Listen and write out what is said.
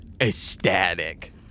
ecstatic